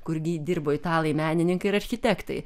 kurgi dirbo italai menininkai architektai